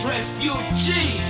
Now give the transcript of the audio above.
Refugee